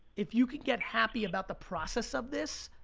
if you can get happy about the process of this,